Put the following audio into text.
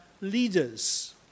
leaders